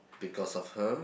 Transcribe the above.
because of her